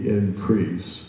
increase